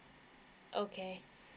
okay